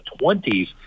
20s